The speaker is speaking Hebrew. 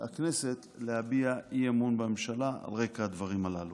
מהכנסת להביע אי-אמון בממשלה על רקע הדברים הללו.